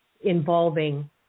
involving